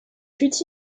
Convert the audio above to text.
fut